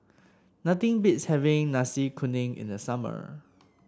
nothing beats having Nasi Kuning in the summer